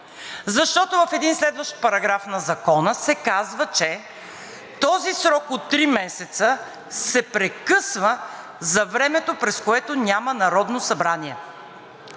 Защото в един следващ параграф на Закона се казва, че този срок от три месеца се прекъсва за времето, през което няма Народно събрание.